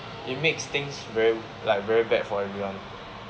it makes things very like very bad for everyone